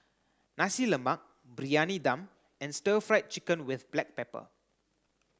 Nasi Lemak Briyani Dum and stir fried chicken with black pepper